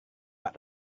pak